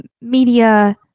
media